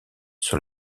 sur